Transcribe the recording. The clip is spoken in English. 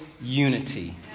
unity